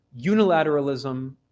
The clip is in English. unilateralism